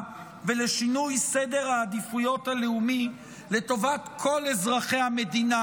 ולשינוי סדר העדיפויות הלאומי לטובת כל אזרחי המדינה,